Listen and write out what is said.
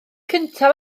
cyntaf